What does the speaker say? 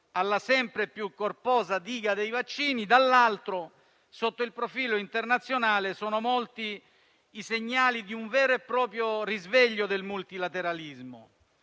alla sempre più corposa diga dei vaccini, dall'altra parte, sotto il profilo internazionale sono molti i segnali di un vero e proprio risveglio del multilateralismo: